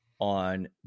on